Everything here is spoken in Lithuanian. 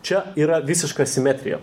čia yra visiška asimetrija